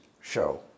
show